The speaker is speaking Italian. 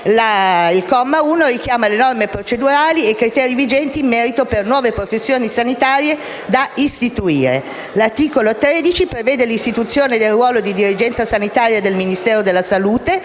il comma 1 richiama le norme procedurali ed i criteri vigenti in merito per nuove professioni sanitarie da istituire. L'articolo 13 prevede l'istituzione del ruolo della dirigenza sanitaria del Ministero della salute